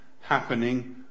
happening